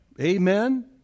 Amen